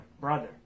brother